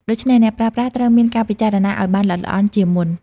ដូច្នេះអ្នកប្រើប្រាស់ត្រូវមានការពិចារណាឱ្យបានល្អិតល្អន់ជាមុន។